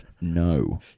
no